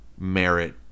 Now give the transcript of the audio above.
merit